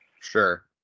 Sure